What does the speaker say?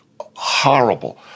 horrible